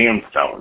Sandstone